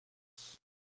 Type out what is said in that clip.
sens